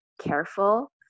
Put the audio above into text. careful